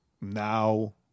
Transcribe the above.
now